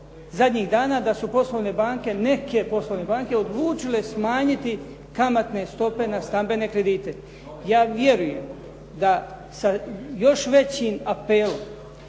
zadnjih dana da su poslovne banke, neke poslovne banke, odlučili smanjiti kamatne stope na stambene kredite. Ja vjerujem da sa još većim apelom,